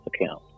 account